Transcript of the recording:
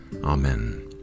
amen